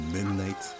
Midnight